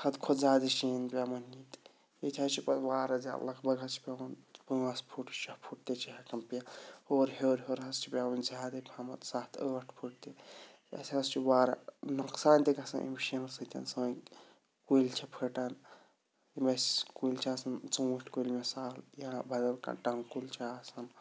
حد کھۄتہٕ زیادٕ شیٖن پٮ۪وان ییٚتہِ ییٚتہِ حظ چھِ پَتہٕ واراہ زیادٕ لگ بگ حظ چھِ پٮ۪وان پانٛژھ پھُٹ شےٚ پھُٹ تہِ چھِ ہٮ۪کَان پٮ۪ٹھ اور ہیوٚر ہیوٚر حظ چھِ پٮ۪وان زیادَے پَہمَتھ سَتھ ٲٹھ پھُٹ تہِ أسۍ حظ چھِ واریاہ نۄقصان تہِ گژھان اَمہِ شیٖنہٕ سۭتۍ سٲنۍ کُلۍ چھِ پھٔٹان یِم اَسِہ کُلۍ چھِ آسان ژوٗنٛٹھ کُلۍ مِثال یا بَدَل کانٛہہ ٹَنٛگ کُل چھِ آسان